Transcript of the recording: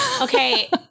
Okay